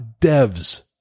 Devs